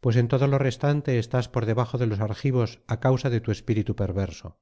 pues en todo lo restante estás por debajo de los argivos á causa de tu espíritu perverso